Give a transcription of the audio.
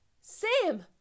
Sam